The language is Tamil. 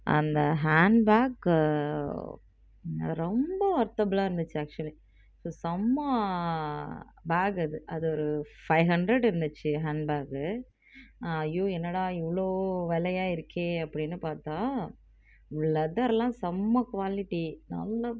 அந்த ஹேண்ட் பேக் ரொம்ப ஒர்தபுள்லாக இருந்துச்சு ஆக்சுவலி செம்ம பேக் அது அது ஒரு ஃபைவ் ஹன்ட்ரட் இருந்துச்சு ஹேண்ட் பேக் ஐயோ என்னடா இவ்வளோ விலையா இருக்கே அப்படின்னு பார்த்தா லெதர்லாம் செம்ம குவாலிட்டி நல்ல